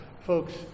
Folks